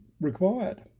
required